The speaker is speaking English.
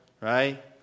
Right